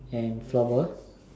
and floor ball